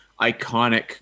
iconic